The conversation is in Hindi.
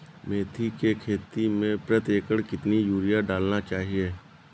मेथी के खेती में प्रति एकड़ कितनी यूरिया डालना चाहिए?